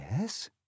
Yes